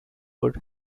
would